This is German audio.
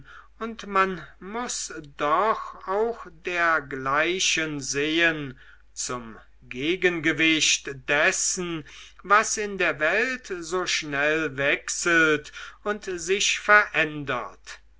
und man muß doch auch dergleichen sehen zum gegengewicht dessen was in der welt so schnell wechselt und sich verändert